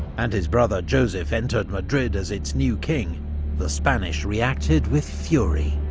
and his brother joseph entered madrid as its new king the spanish reacted with fury.